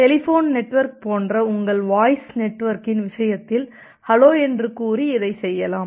telephone network போன்ற உங்கள் voice நெட்வொர்க்கின் விஷயத்தில் ஹலோ என்று கூறி இதைச் செய்யலாம்